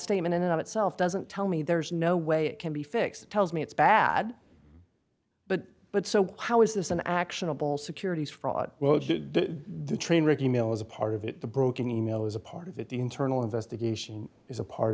statement in and of itself doesn't tell me there's no way it can be fixed tells me it's bad but but so how is this an actionable securities fraud well it's the train wreck e mail is a part of it the broken e mail is a part of it the internal investigation is a part